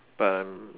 but I'm